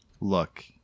Look